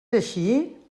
així